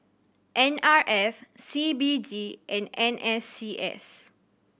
N R F C B D and N S C S